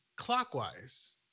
Clockwise